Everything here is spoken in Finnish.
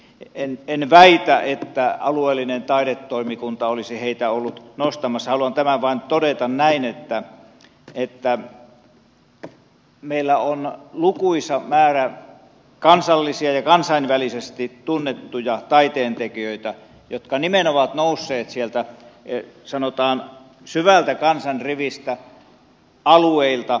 en väitä että alueellinen taidetoimikunta olisi heitä ollut nostamassa haluan tämän vain todeta näin että meillä on lukuisa määrä kansallisia ja kansainvälisesti tunnettuja taiteentekijöitä jotka nimenomaan ovat nousseet sieltä sanotaan syvältä kansan riveistä alueilta